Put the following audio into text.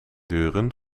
duren